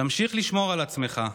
תמשיך לשמור על עצמך.